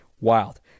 wild